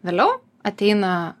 vėliau ateina